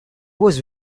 was